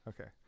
Okay